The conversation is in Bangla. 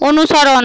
অনুসরণ